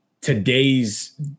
today's